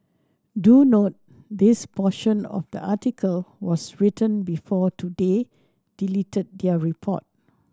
do note this portion of the article was written before Today deleted their report